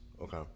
Okay